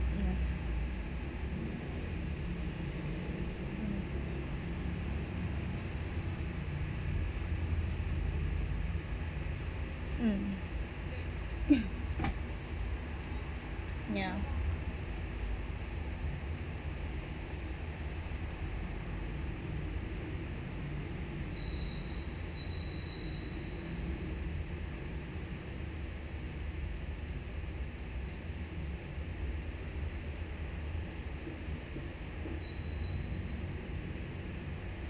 mm ya